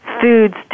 foods